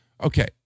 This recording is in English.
Okay